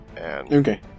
Okay